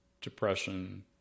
depression